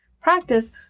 practice